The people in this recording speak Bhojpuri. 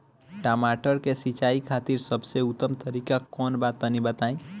टमाटर के सिंचाई खातिर सबसे उत्तम तरीका कौंन बा तनि बताई?